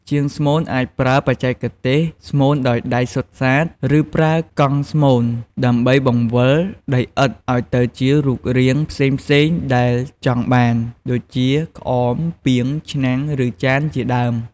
ជាងស្មូនអាចប្រើ បច្ចេកទេសស្មូនដោយដៃ សុទ្ធសាធ ឬប្រើ កង់ស្មូន ដើម្បីបង្វិលដីឥដ្ឋឲ្យទៅជារូបរាងផ្សេងៗដែលចង់បាន ដូចជា ក្អម ពាង ឆ្នាំង ឬចាន ជាដើម។